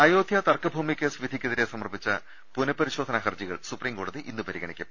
അയോധ്യാ തർക്കഭൂമി കേസ് വിധിക്കെതിരെ സമർപ്പിച്ച പുനപരിശോ ധനാ ഹർജികൾ സുപ്രീംകോടതി ഇന്ന് പരിഗണിക്കും